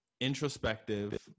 introspective